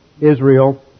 Israel